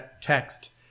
text